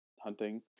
hunting